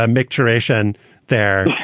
ah mc duration there.